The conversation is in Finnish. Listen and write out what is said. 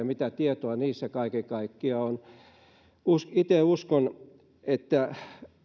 mitä tietoa niissä kaiken kaikkiaan on itse uskon että